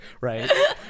Right